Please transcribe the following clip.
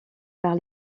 par